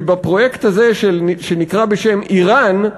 שבפרויקט הזה, שנקרא בשם איראן,